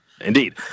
Indeed